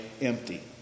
empty